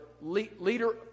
leader